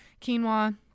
Quinoa